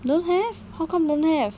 don't have how come don't have